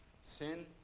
sin